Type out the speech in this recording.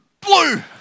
blue